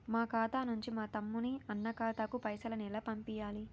మా ఖాతా నుంచి మా తమ్ముని, అన్న ఖాతాకు పైసలను ఎలా పంపియ్యాలి?